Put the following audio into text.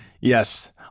Yes